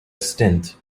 stint